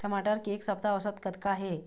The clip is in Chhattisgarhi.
टमाटर के एक सप्ता औसत कतका हे?